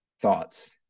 thoughts